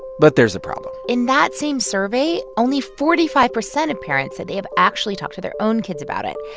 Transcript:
but there's a problem in that same survey, only forty five percent of parents say and they have actually talked to their own kids about it.